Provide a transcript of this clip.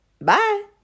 Bye